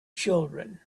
children